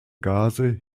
gase